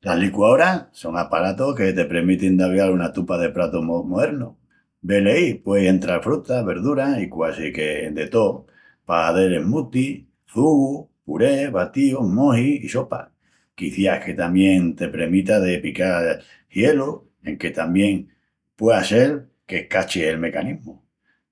Las liquaoras son aparatus que te premitin d'avial una tupa de pratus mo... moernus. Velaí pueis entral frutas, verduras i quasi que de tó pa hazel smoothies, çugus, purés, batíus, mojis i sopas. Quiciás que tamién te premita de pical gielu enque tamién puea sel qu'escachis el mecanismu.